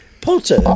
Potter